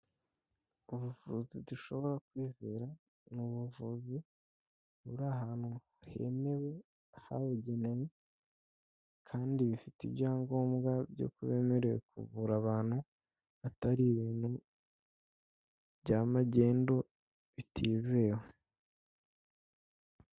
Ubuvuzi dushobora kwizera ni ubuvuzi buri ahantu hemewe ,habugenewe, kandi bifite ibyangombwa byuko bemerewe kuvura abantu, atari ibintu bya magendu bitizewe.